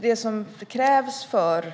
Det som krävs för